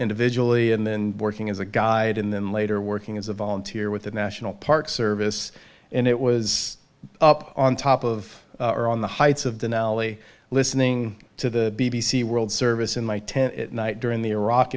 individually and then working as a guide and then later working as a volunteer with the national park service and it was up on top of or on the heights of the nelly listening to the b b c world service in my tent at night during the iraq